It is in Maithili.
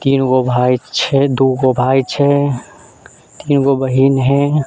तीनगो भाइ छै दूगो भाइ छै तीनगो बहीन है